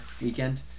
weekend